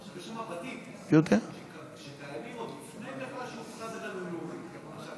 יש בתים שקיימים עוד לפני שהוכרז הגן הלאומי בכלל.